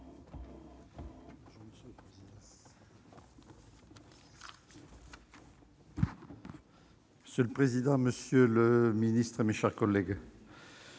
Monsieur le président, monsieur le ministre, mes chers collègues,